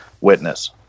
witness